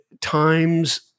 times